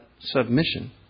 submission